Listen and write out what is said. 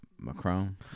Macron